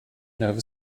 nova